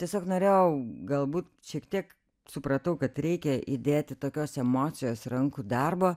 tiesiog norėjau galbūt šiek tiek supratau kad reikia įdėti tokios emocijos ir rankų darbo